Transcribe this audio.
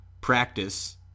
practice